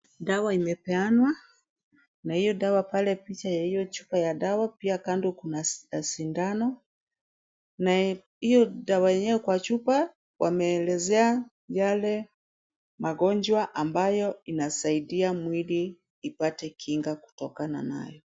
Dawa imepeanwa na hiyo dawa pale picha ya hiyo chupa ya dawa pia kando kuna sindano. Na hiyo dawa yao kwa chupa wameelezea yale magonjwa ambayo inasaidia mwili ipate kinga kutokana nayo.